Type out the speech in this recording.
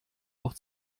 auch